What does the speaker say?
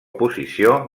posició